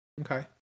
okay